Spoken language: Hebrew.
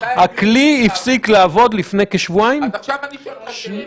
הביא להתמודדות אמיתית ואפקטיבית.